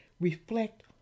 reflect